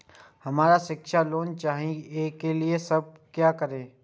हमरा शिक्षा लोन चाही ऐ के लिए की सब करे परतै?